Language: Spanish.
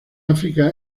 áfrica